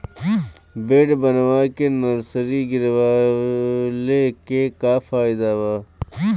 Bed बना के nursery गिरवले के का फायदा बा?